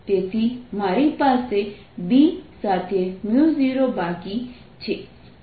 તેથી મારી પાસે B સાથે 0 બાકી છે